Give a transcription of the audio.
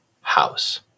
house